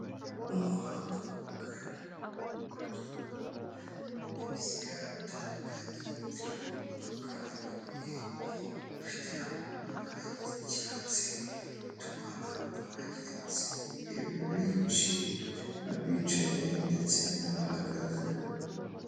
Umuhanda mugari urugendomo ibinyabiziga bitandukanye imodoka imwe ifite amabara y'icyatsi itwara abagenzi benshi abicaye ndetse n'abahagaze.